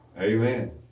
Amen